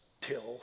till